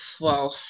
Wow